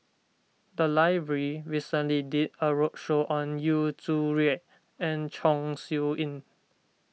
the library recently did a roadshow on Yu Zhuye and Chong Siew Ying